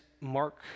Mark